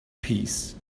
peace